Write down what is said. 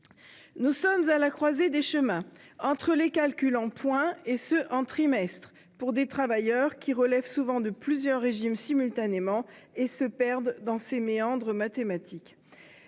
Nous sommes à la croisée des chemins, entre les calculs en points et les calculs en trimestres, pour des travailleurs qui relèvent souvent simultanément de plusieurs régimes et qui se perdent dans ces méandres mathématiques.